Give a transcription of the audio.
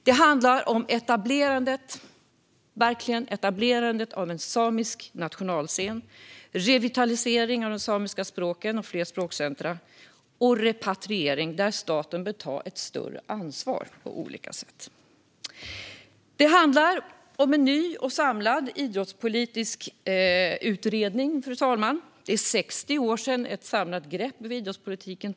Det handlar även om etablerandet av en samisk nationalscen, revitalisering av de samiska språken och fler språkcentrum samt repatriering - där staten bör ta ett större ansvar. Fru talman! Det handlar vidare om en ny och samlad idrottspolitisk utredning. Det är 60 år sedan det togs ett samlat grepp om idrottspolitiken.